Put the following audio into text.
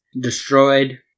destroyed